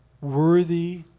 Worthy